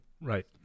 Right